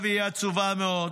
התשובה, והיא עצובה מאוד.